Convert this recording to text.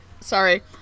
Sorry